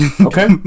Okay